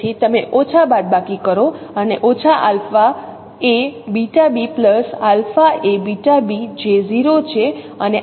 તેથી તમે ઓછા બાદબાકી કરો અને ઓછા alpha a beta b plus alpha a beta b જે 0 છે અને આ રીતે